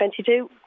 2022